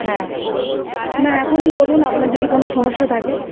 হ্যাঁ না এখনই বলুন আপনার যদি কোনো সমস্যা থাকে